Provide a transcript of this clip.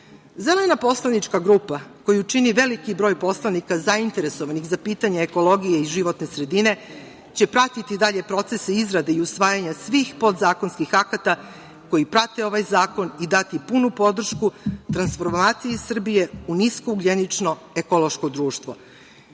roku. Zelena poslanička grupa, koju čini veliki broj poslanika zainteresovanih za pitanje ekologije i životne sredine, će pratiti dalje procese izrade i usvajanja svih podzakonskih akata koji prate ovaj zakon i dati punu podršku transformaciji Srbije u niskougljenično ekološko društvo. Podneli